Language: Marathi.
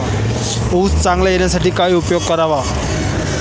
ऊस चांगला येण्यासाठी काय उपाय करावे?